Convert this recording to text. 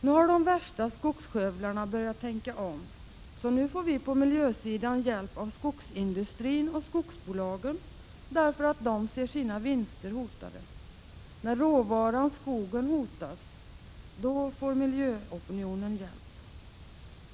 Nu har de värsta skogsskövlarna börjat tänka om, så nu får vi på miljösidan hjälp av skogsindustrin och skogsbolagen, eftersom de ser sina vinster hotade — när råvaran och skogen hotas får miljöopinionen rätt.